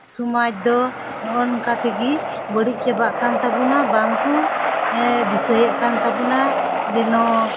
ᱥᱚᱢᱟᱡᱽ ᱫᱚ ᱚᱱᱠᱟ ᱛᱮᱜᱮ ᱵᱟᱹᱲᱤᱡ ᱪᱟᱵᱟᱜ ᱠᱟᱱ ᱛᱟᱵᱚᱱᱟ ᱵᱟᱝᱠᱚ ᱫᱤᱥᱟᱹᱭᱮᱜ ᱠᱟᱱ ᱛᱟᱵᱚᱱᱟ ᱡᱮᱱᱚ